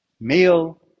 Male